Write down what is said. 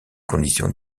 conditions